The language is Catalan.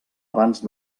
abans